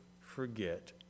forget